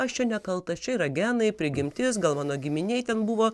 aš čia nekaltas čia yra genai prigimtis gal mano giminėj ten buvo